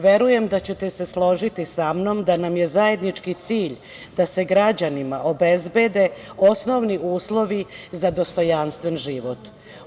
Verujem da ćete se složiti sa mnom da nam je zajednički cilj da se građanima obezbede osnovni uslovi za dostojanstven život.